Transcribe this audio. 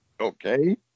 Okay